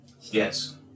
Yes